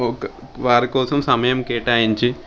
వారి కోసం సమయం కేటాయించి